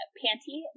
panty